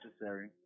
necessary